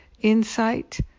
insight